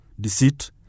deceit